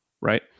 right